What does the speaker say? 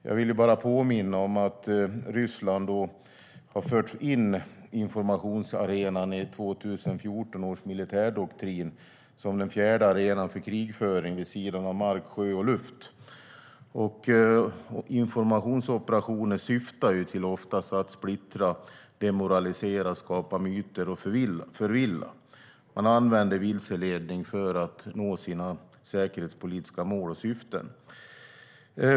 Jag vill bara påminna om att Ryssland har fört in informationsarenan i 2014 års militärdoktrin som den fjärde arenan för krigföring, vid sidan av mark, sjö och luft. Informationsoperationer syftar oftast till att splittra, demoralisera, skapa myter och förvilla. Man använder vilseledning för att nå sina säkerhetspolitiska mål och syften.